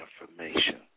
information